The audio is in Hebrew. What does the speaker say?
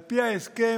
על פי ההסכם,